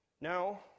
Now